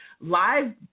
live